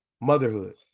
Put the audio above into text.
motherhood